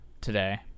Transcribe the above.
today